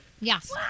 Yes